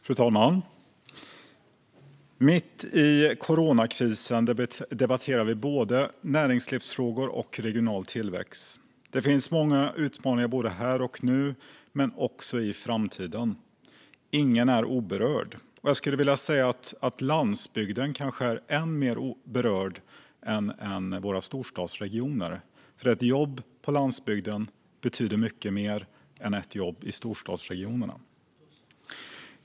Fru talman! Mitt i coronakrisen debatterar vi både näringslivsfrågor och regional tillväxt. Det finns många utmaningar här och nu men också i framtiden. Ingen är oberörd. Landsbygden är kanske än mer berörd än våra storstadsregioner, för ett jobb på landsbygden betyder mycket mer än ett jobb i storstadsregionerna.